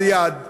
ליד,